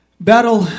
Battle